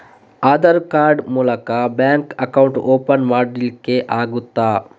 Aadhaar card ಮೂಲಕ bank account open ಮಾಡಲಿಕ್ಕೆ ಆಗುತಾ?